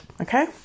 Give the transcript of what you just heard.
okay